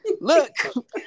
look